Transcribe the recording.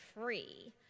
free